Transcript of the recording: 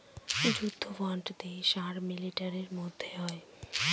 যুদ্ধ বন্ড দেশ আর মিলিটারির মধ্যে হয়